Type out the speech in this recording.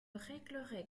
réglerait